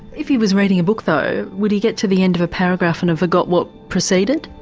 if he was reading a book though, would he get to the end of a paragraph and forgot what preceded?